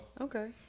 Okay